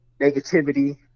negativity